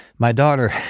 my daughter